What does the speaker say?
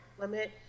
limit